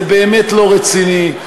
זה באמת לא רציני.